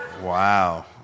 Wow